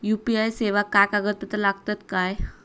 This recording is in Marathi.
यू.पी.आय सेवाक काय कागदपत्र लागतत काय?